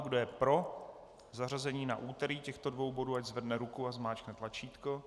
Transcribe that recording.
Kdo je pro zařazení na úterý těchto dvou bodů, ať zvedne ruku a zmáčkne tlačítko.